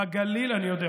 בגליל אני יודע.